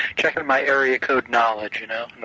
checking my area code knowledge, you know?